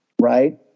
right